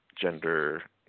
Gender